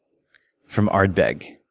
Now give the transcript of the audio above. from ardbeg,